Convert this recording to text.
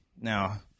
Now